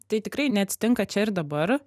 tai tikrai neatsitinka čia ir dabar